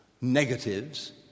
negatives